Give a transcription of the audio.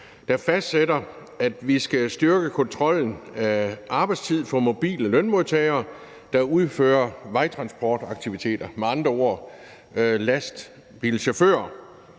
der fastsætter, at vi skal styrke kontrollen af arbejdstiden for mobile lønmodtagere, der udfører vejtransportaktiviteter, med andre ord lastbilchauffører,